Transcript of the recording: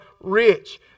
rich